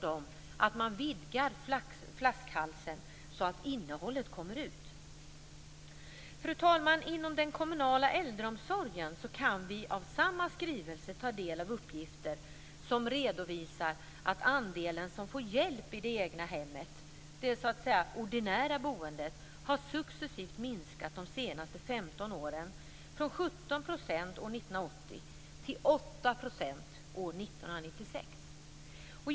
Flaskhalsarna måste vidgas så att innehållet kommer ut. Fru talman! I samma skrivelse kan vi ta del av uppgifter om den kommunala äldreomsorgen. Där redovisas att andelen som får hjälp i det egna hemmet, det ordinära boendet, har successivt minskat de senaste 15 åren från 17 % år 1980 till 8 % år 1996.